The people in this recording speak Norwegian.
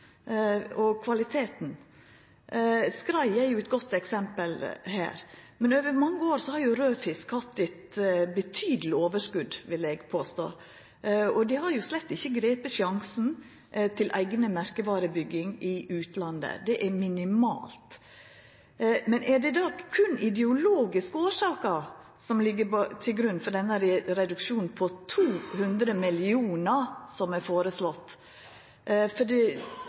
kvaliteten. Skrei er eit godt eksempel her. Men over mange år har raud fisk hatt eit betydeleg overskot, vil eg påstå, og ein har slett ikkje gripe sjansen til eiga merkevarebygging i utlandet – det er minimalt. Men er det då berre ideologiske årsaker som ligg til grunn for denne reduksjonen på 200 mill. kr som er foreslått,